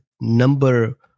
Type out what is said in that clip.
number